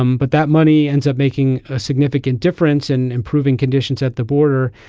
um but that money ends up making a significant difference in improving conditions at the border.